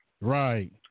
Right